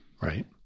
Right